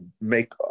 make